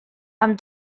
amb